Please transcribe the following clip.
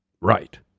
Right